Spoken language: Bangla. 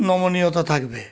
নমনীয়তা থাকবে